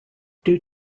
due